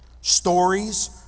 stories